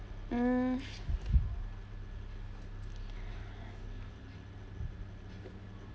mm